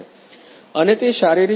અને તે શારીરિક રીતે ઉદ્યોગ 4